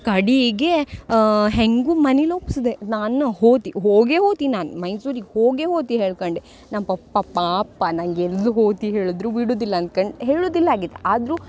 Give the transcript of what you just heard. ಕಡೆಗೆ ಹೇಗೂ ಮನಿಲಿ ಒಪ್ಸಿದೆ ನಾನು ಹೋದಿ ಹೋಗೇ ಹೋತಿ ನಾನು ಮೈಸೂರಿಗೆ ಹೋಗೇ ಹೋತಿ ಹೇಳ್ಕೊಂಡೆ ನಮ್ಮ ಪಪ್ಪ ಪಾಪ ನಂಗೆ ಎಲ್ಲೂ ಹೋತಿ ಹೇಳಿದ್ರು ಬಿಡುವುದಿಲ್ಲ ಅನ್ಕಂಡು ಹೇಳುದಿಲ್ಲಾಗಿತ್ತು ಆದರೂ